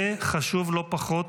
וחשוב לא פחות,